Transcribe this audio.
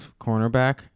cornerback